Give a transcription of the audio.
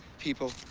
people.